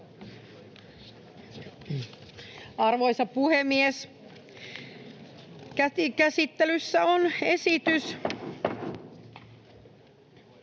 Arvoisa puhemies! Käsittelyssä on esitys...